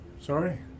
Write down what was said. Sorry